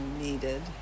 needed